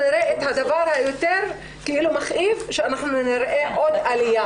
הדבר היותר מכאיב, שאנחנו נראה עוד עלייה.